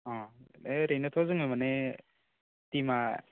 अ ओरैनोथ' जोङो माने टिमा